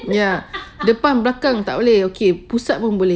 ya depan belakang tak boleh okay pusat pun boleh